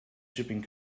shipping